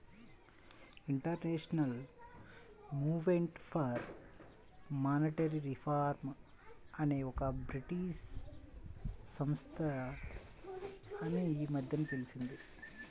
international movement for monetary reform అనేది ఒక British సంస్థ అని ఈ మధ్యనే తెలిసింది